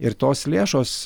ir tos lėšos